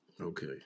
Okay